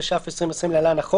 התש"ף 2020 (להלן-החוק),